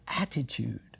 attitude